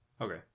Okay